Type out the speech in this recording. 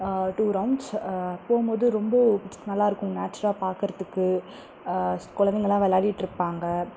two rounds போகும் போது ரொம்ப நல்லா இருக்கும் நேச்சரா பார்க்குறதுக்கு குழந்தைங்கள்ல்லாம் விளைாடிட்டு இருப்பாங்கள்